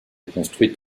construite